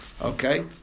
Okay